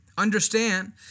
Understand